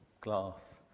glass